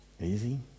Easy